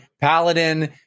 Paladin